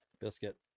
biscuit